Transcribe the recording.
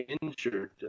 injured